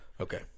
Okay